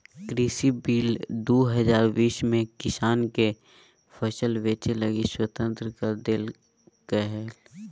कृषि बिल दू हजार बीस में किसान के फसल बेचय लगी स्वतंत्र कर देल्कैय हल